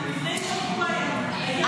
לפני שבוע היו דיונים על החופש להפגין.